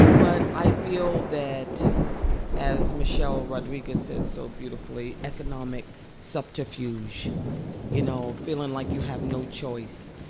but i feel that as michelle rodriguez says so beautifully, economic subterfuge you know, feeling like you have no choice,